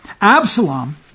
Absalom